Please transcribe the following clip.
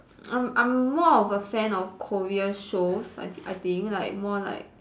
I'm I'm more of a fan of Korea shows I thi~ I think like more like